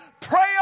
pray